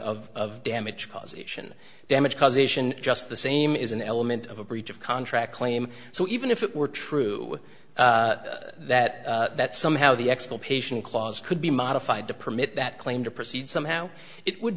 showing of damage causation damage causation just the same is an element of a breach of contract claim so even if it were true that that somehow the exculpation clause could be modified to permit that claim to proceed somehow it would